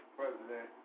president